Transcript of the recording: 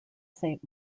saint